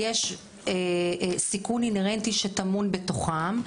יש סיכון אינהרנטי שטמון בתוכם,